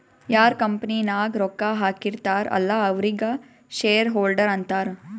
ಯಾರ್ ಕಂಪನಿ ನಾಗ್ ರೊಕ್ಕಾ ಹಾಕಿರ್ತಾರ್ ಅಲ್ಲಾ ಅವ್ರಿಗ ಶೇರ್ ಹೋಲ್ಡರ್ ಅಂತಾರ